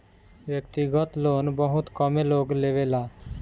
व्यक्तिगत लोन बहुत कमे लोग लेवेला